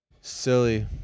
silly